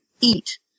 eat